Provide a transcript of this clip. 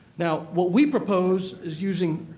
now, what we propose is using